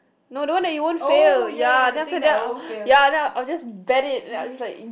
no don't that you won't fail ya then after that uh ya then I'll I'll just bet it and I'll just like